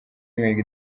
imihigo